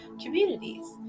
communities